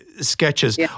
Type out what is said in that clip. sketches